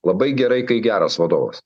labai gerai kai geras vadovas